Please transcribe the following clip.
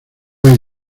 hay